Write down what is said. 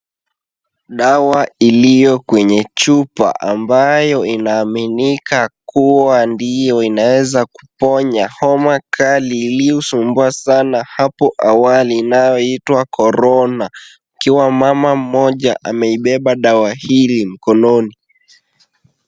Dawa iliyo kwenye chupa ambayo inaaminika kuwa ndiyo inaweza kuponya homa kali iliyosumbua sana hapo awali inayoitwa korona ikiwa mama mmoja ameibeba dawa hili mkononi.